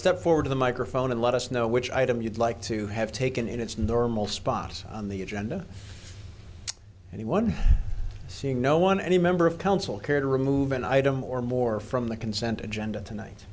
step forward to the microphone and let us know which item you'd like to have taken in its normal spot on the agenda anyone seeing no one any member of council care to remove an item or more from the consent agenda tonight